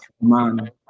man